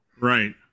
Right